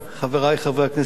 חברי חברי הכנסת,